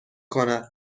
کند